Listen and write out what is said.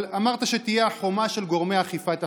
אבל אמרת שתהיה החומה של גורמי אכיפת החוק,